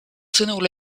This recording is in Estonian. sõnul